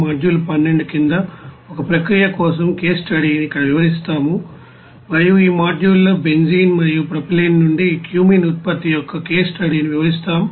module 12 కింద ఒక ప్రక్రియ కోసం కేస్ స్టడీని ఇక్కడ వివరిస్తాము మరియు ఈ మాడ్యూల్లో బెంజీన్ మరియు ప్రొపైలిన్ నుండి క్యూమీన్ ఉత్పత్తి యొక్క కేస్ స్టడీని వివరిస్తాము